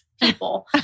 people